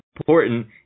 important